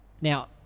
now